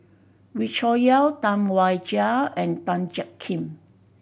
Wee Cho Yaw Tam Wai Jia and Tan Jiak Kim